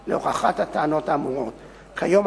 ככלל,